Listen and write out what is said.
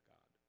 God